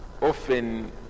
often